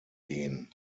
gehen